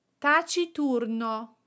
Taciturno